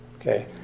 okay